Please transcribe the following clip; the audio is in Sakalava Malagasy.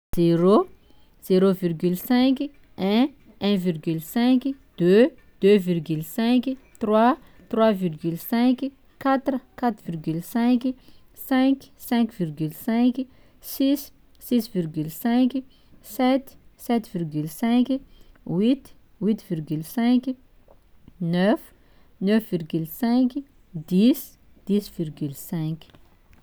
Zero, zero virgule cinq, un, un virgule cinq, deux, deux virgule cinq, trois, trois virgule cinq, quatre, quatre virgule cinq, cinq, cinq virgule cinq, six, six virgule cinq, sept, sept virgule cinq, huit, huit virgule cinq, neuf, neuf virgule cinq, dix, dix virgule cinq.